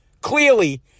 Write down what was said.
Clearly